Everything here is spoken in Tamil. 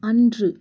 அன்று